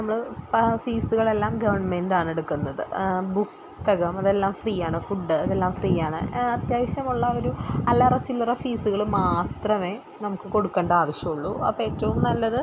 നമ്മൾ ഫീസുകളെല്ലാം ഗവൺമെൻറ് ആണ് എടുക്കുന്നത് പുസ്തകം അതെല്ലാം ഫ്രീ ആണ് ഫുഡ് അതെല്ലാം ഫ്രീ ആണ് അത്യാവശ്യമുള്ള ഒരു അല്ലറ ചില്ലറ ഫീസുകൾ മാത്രമേ നമുക്ക് കൊടുക്കേണ്ട ആവശ്യം ഉള്ളൂ അപ്പം ഏറ്റവും നല്ലത്